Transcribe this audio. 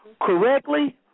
correctly